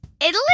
Italy